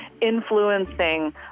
influencing